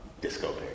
disco